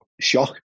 shock